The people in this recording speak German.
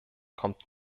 kommt